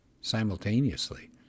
simultaneously